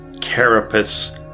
carapace